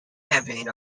campaign